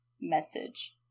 message